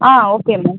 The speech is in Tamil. ah okay ma'am